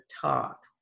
talk